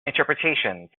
interpretations